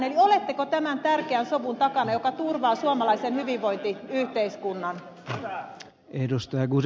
oletteko tämän tärkeän sovun takana joka turvaa suomalaisen hyvinvointiyhteiskunnan